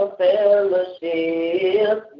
fellowship